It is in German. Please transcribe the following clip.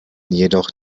jedoch